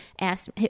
asked